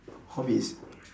hobbies